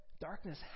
darkness